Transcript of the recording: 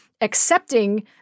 accepting